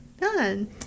Done